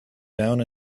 down